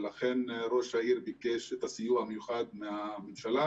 ולכן ראש העיר ביקש סיוע מיוחד מהממשלה,